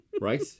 Right